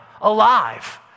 alive